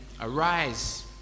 Arise